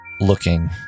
looking